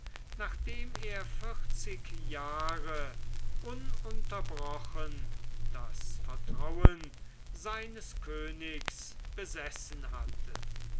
nachdem er vierzig jahre ununterbrochen das vertrauen seines königs besessen hatte